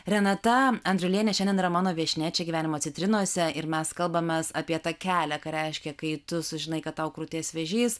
renata andriulienė šiandien yra mano viešnia čia gyvenimo citrinose ir mes kalbamės apie tą kelią ką reiškia kai tu sužinai kad tau krūties vėžys